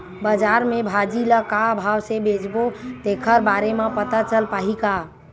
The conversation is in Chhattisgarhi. बजार में भाजी ल का भाव से बेचबो तेखर बारे में पता चल पाही का?